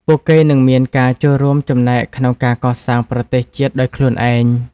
ពួកគេនឹងមានការចូលរួមចំណែកក្នុងការកសាងប្រទេសជាតិដោយខ្លួនឯង។